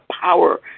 power